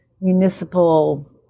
municipal